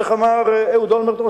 איך אמר אהוד אולמרט,